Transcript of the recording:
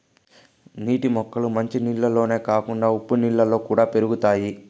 నీటి మొక్కలు మంచి నీళ్ళల్లోనే కాకుండా ఉప్పు నీళ్ళలో కూడా పెరుగుతాయి